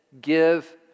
give